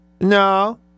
No